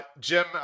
Jim